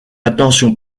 attention